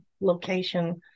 location